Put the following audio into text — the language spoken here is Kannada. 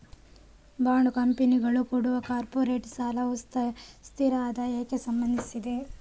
ಬಾಂಡ್ ಕಂಪನಿಗಳು ಕೊಡುವ ಕಾರ್ಪೊರೇಟ್ ಸಾಲವು ಸ್ಥಿರ ಆದಾಯಕ್ಕೆ ಸಂಬಂಧಿಸಿದೆ